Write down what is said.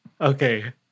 Okay